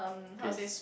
paste